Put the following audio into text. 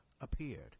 appeared